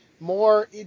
more